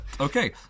Okay